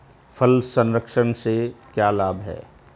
फल संरक्षण से क्या लाभ है?